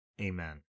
Amen